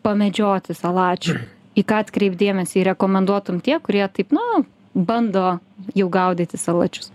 pamedžioti salačių į ką atkreipt dėmesį jei rekomenduotum tie kurie taip nu bando jau gaudyti salačius